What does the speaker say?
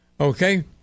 Okay